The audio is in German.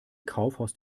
kaufhaus